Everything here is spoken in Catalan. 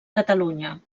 catalunya